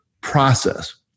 process